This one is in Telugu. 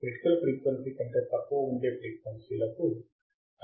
క్రిటికల్ ఫ్రీక్వెన్సీ కంటే తక్కువ ఉండే ఫ్రీక్వెన్సీలకు అది అనుమతించదు